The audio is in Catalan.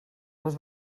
les